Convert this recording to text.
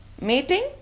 Mating